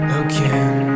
again